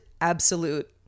absolute